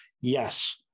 Yes